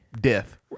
death